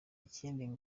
ikindi